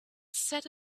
set